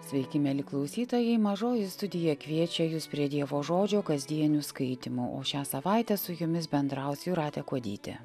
sveiki mieli klausytojai mažoji studija kviečia jus prie dievo žodžio kasdienių skaitymų o šią savaitę su jumis bendraus jūratė kuodytė